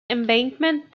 embankment